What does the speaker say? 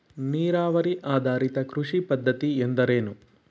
ನೀರಾವರಿ ಆಧಾರಿತ ಕೃಷಿ ಪದ್ಧತಿ ಎಂದರೇನು?